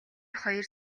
хоёр